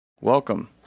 Welcome